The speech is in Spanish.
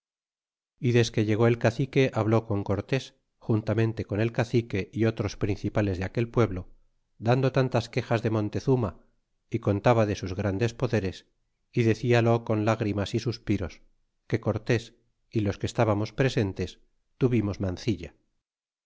y desque llegó el cacique habló con cortés juntamente con el cacique y otros principales de aquel pueblo dando tantas quejas de montezuma y contaba de sus grandes poderes y dedal con lágrimas y suspiros que cortés y los que estábamos presentes tuvimos manzilla